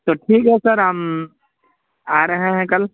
تو ٹھیک ہے سر ہم آ رہے ہیں کل